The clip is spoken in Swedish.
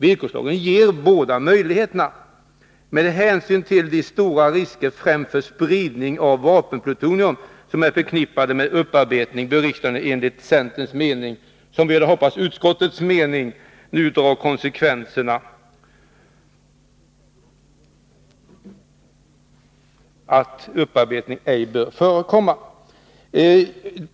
Villkorslagen ger båda möjligheterna. Med hänsyn till de stora risker, främst för spridning av vapenplutonium, som är förknippade med upparbetning, bör riksdagen enligt centerns mening — och det hade vi hoppats skulle vara också utskottets mening — nu dra slutsatsen att upparbetning ej bör förekomma.